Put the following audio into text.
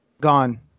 Gone